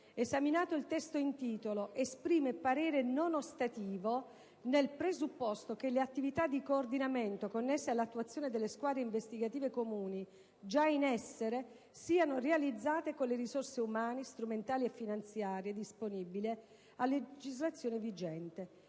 esaminato il testo in titolo, esprime parere non ostativo nel presupposto che le attività di coordinamento connesse all'attuazione delle squadre investigative comuni, già in essere, siano realizzate con le risorse umane, strumentali e finanziarie disponibili a legislazione vigente,